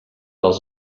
als